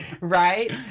Right